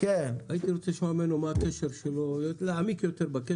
הייתי רוצה לשמוע מה הקשר שלו להעמיק יותר בקשר.